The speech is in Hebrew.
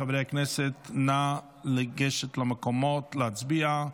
חברי הכנסת, נא לגשת למקומות להצביע,